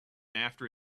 after